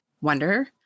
wonder